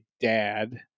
dad